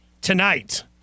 tonight